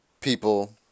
people